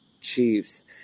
chiefs